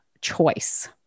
choice